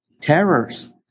Terrors